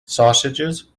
sausages